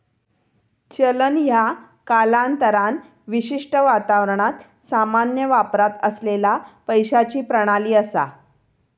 चलन ह्या कालांतरान विशिष्ट वातावरणात सामान्य वापरात असलेला पैशाची प्रणाली असा